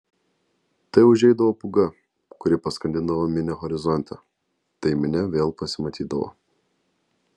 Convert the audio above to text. tai užeidavo pūga kuri paskandindavo minią horizonte tai minia vėl pasimatydavo